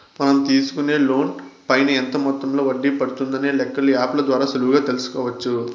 మనం తీసుకునే లోన్ పైన ఎంత మొత్తంలో వడ్డీ పడుతుందనే లెక్కలు యాప్ ల ద్వారా సులువుగా తెల్సుకోవచ్చు